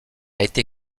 été